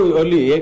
early